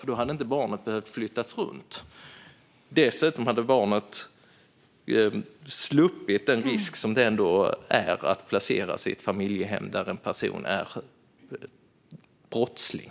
Hade man fått det hade barnet inte behövt flyttas runt. Dessutom hade barnet sluppit den risk som det är att placeras i ett familjehem där en person är en brottsling.